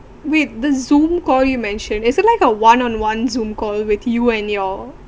with the zoom call you mentioned is it like a one on one zoom call with you and your